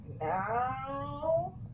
now